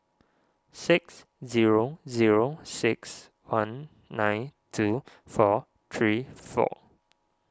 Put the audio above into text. six zero zero six one nine two four three four